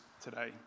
today